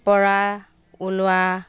পৰা ওলোৱা